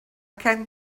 can